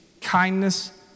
kindness